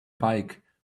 bike